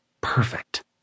perfect